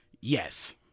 Yes